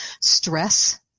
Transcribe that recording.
stress